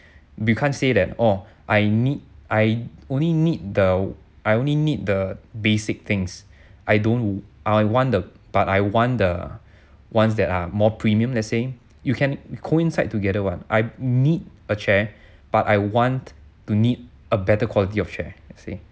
but you can't say that oh I need I only need the I only need the basic things I don't I want the but I want the ones that are more premium let's say you can coincide together what I need a chair but I want to need a better quality of chair see